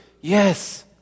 yes